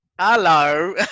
hello